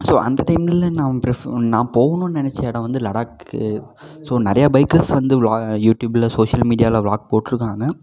so அந்த டைமில் நான் ஃப்ரிஃபர் நான் போகணுன்னு நெனைச்ச இடம் வந்து லடாக்கு ஸோ நிறையா பைக்கர்ஸ் வந்து வ்லாக் யூடியூபில் சோஷியல் மீடியாவில் வ்லாக் போட்டுருக்காங்க